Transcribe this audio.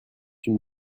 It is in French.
une